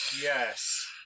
Yes